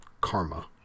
karma